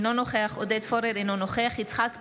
אינו נוכח עודד פורר, אינו נוכח יצחק פינדרוס,